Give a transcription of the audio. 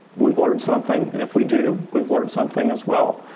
we've learned something. and if we do, we've learned something as well.